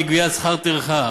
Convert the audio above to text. לגביית שכר טרחה.